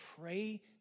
pray